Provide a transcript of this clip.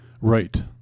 Right